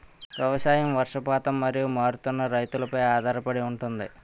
వ్యవసాయం వర్షపాతం మరియు మారుతున్న రుతువులపై ఆధారపడి ఉంటుంది